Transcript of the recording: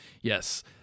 yes